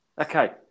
Okay